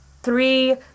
three